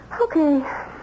Okay